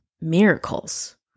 miracles